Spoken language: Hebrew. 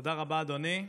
תודה רבה, אדוני.